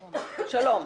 שלום.